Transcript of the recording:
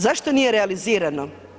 Zašto nije realizirano?